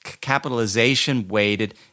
capitalization-weighted